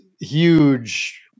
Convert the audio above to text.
huge